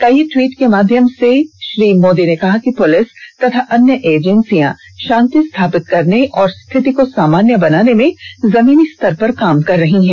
कई दवीट के माध्यम से श्री मोदी ने कहा कि पुलिस तथा अन्य एजेंसियां शांति स्थापित करने और स्थिति को सामान्य बनाने में जमीनी स्तर पर काम कर रही हैं